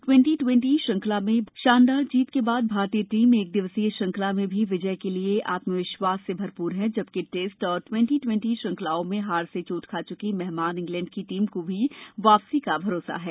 twenty twenty श्रृंखला में शानदार जीत के बाद भारतीय टीम एक दिवसीय श्रृंखला में भी विजय के लिए आत्मविश्वास से भरपूर है जबकि टेस्ट और ट्वेंटी ट्वेंटी श्रृंखलाओं में हार से चोट खा चुकी मेहमान इंग्लैंड की टीम को भी वापसी का भी भरोसा है